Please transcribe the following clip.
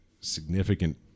significant